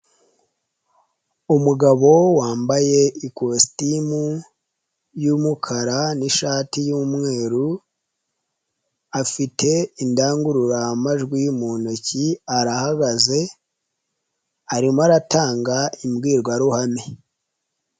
Umugabo wambaye ikositimu y'umukara n'ishati y'umweru, afite indangururamajwi mu ntoki arahagaze arimo aratanga imbwirwaruhame.